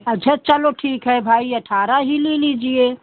अच्छा चलो ठीक है भाई अट्ठारह ही ले लीजिए